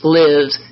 lives